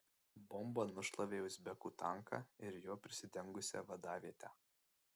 bomba nušlavė uzbekų tanką ir juo prisidengusią vadavietę